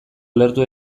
ulertu